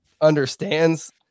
understands